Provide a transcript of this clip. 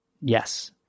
yes